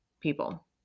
people